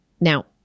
Now